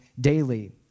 daily